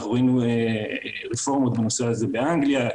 ראינו רפורמה בנושא הזה באנגליה,